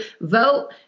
vote